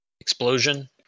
explosion